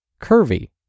Curvy